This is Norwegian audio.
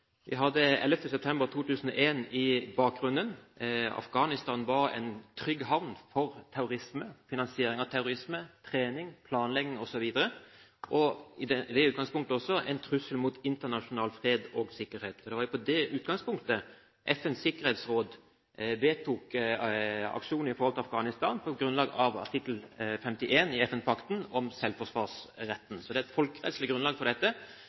Vi hadde 11. september 2001 i bakgrunnen. Afghanistan var en trygg havn for terrorisme – finansiering, trening, planlegging osv. av terrorisme, og med det utgangspunktet også en trussel mot internasjonal fred og sikkerhet. Det var med det utgangspunktet FNs sikkerhetsråd vedtok aksjon mot Afghanistan på grunnlag av artikkel 51 i FN-pakten, om selvforsvarsretten. Så det er et folkerettslig grunnlag for dette.